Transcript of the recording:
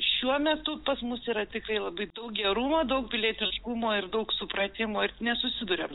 šiuo metu pas mus yra tikrai labai daug gerumo daug pilietiškumo ir daug supratimo ir nesusiduriam